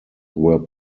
were